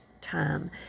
time